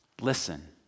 Listen